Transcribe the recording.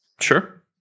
Sure